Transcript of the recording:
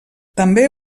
també